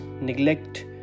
neglect